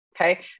okay